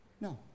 No